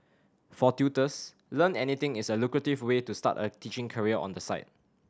for tutors Learn Anything is a lucrative way to start a teaching career on the side